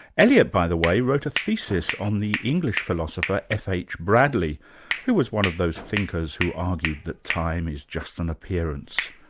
eliot, by the way wrote a thesis on the english philosopher, f. h. bradley who was one of those thinkers who argued that time is just an appearance,